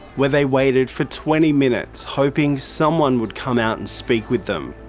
where they waited for twenty minutes hoping someone would come out and speak with them